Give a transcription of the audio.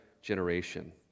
generation